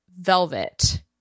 Velvet